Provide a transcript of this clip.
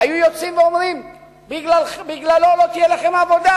היו יוצאים ואומרים: בגללו לא תהיה לכם עבודה,